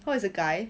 !wah! is a guy